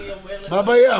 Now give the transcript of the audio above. מה הבעיה?